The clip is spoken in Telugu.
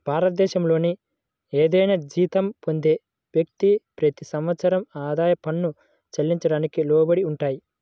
భారతదేశంలోని ఏదైనా జీతం పొందే వ్యక్తి, ప్రతి సంవత్సరం ఆదాయ పన్ను చెల్లించడానికి లోబడి ఉంటారు